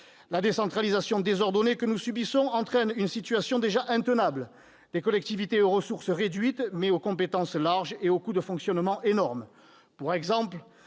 La décentralisation désordonnée que nous subissons entraîne une situation déjà intenable, avec des collectivités aux ressources réduites, mais aux compétences larges et aux coûts de fonctionnement énormes. Par exemple,